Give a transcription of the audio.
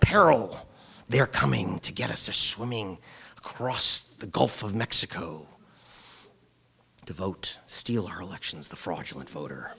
peril they're coming to get us to swimming across the gulf of mexico to vote steal our elections the fraudulent voter